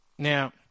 Now